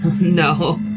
No